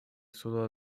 суда